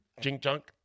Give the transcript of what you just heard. jink-junk